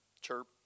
chirp